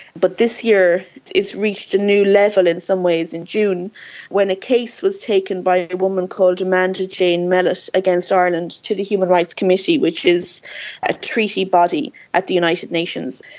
but this year it's reached a new level in some ways in june when a case was taken by a woman called amanda amanda jane mellet against ireland to the human rights committee, which is a treaty body at the united nations.